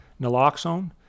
Naloxone